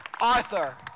Arthur